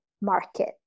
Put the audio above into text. Market